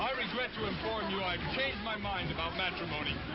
regret to inform you i've changed my mind about matrimony.